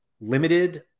limited